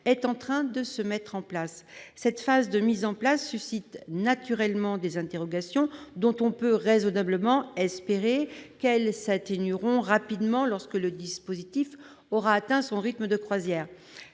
est en train de se mettre en place cette phase de mise en place suscite naturellement des interrogations dont on peut raisonnablement espérer qu'elles s'atténueront rapidement lorsque le dispositif aura atteint son rythme de croisière,